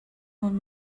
nun